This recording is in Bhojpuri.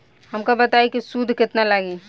हमका बताई कि सूद केतना लागी?